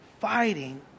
fighting